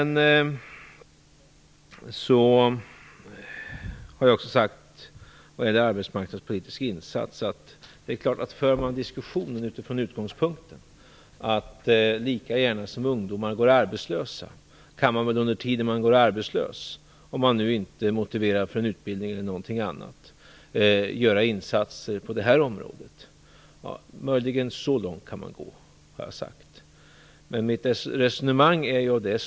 När det gäller arbetsmarknadspolitiska insatser har jag sagt att ungdomar lika gärna som de går arbetslösa kan göra insatser på det här området under tiden - om de nu inte är motiverade för en utbildning eller något annat. Möjligen kan man gå så långt.